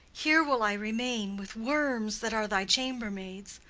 here will i remain with worms that are thy chambermaids.